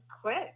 quit